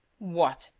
what!